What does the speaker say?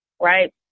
right